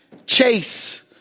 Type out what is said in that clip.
Chase